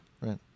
Right